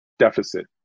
Deficit